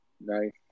Nice